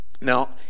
Now